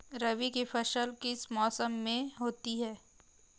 रबी की फसल किस मौसम में होती है?